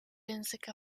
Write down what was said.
języka